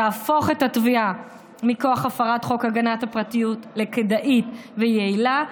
תהפוך את התביעה מכוח הפרת חוק הגנת הפרטיות לכדאית ויעילה,